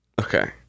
Okay